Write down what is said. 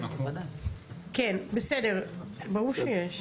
ברור שיש.